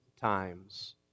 times